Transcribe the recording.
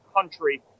country